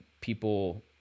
people